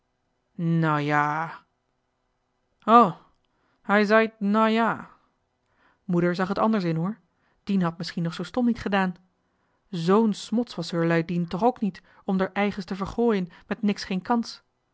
ja o hai sait no ja moeder zag het anders in hoor dien had misschien nog zoo stom niet gedaan z'n smots was heurlui dien toch ook niet om d'er eiges te vergooien met niks geen kans